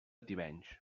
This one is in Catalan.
tivenys